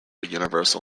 universal